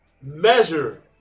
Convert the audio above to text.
measure